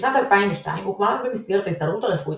בשנת 2002 הוקמה במסגרת ההסתדרות הרפואית